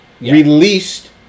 released